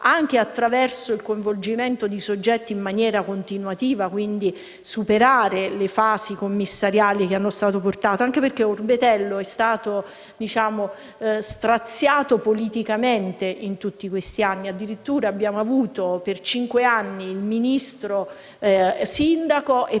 anche attraverso il coinvolgimento di soggetti in maniera continuativa, ovvero superando le fasi commissariali che si sono succedute. Orbetello è stato straziato politicamente in tutti questi anni; addirittura abbiamo avuto per cinque anni il Ministro-sindaco, e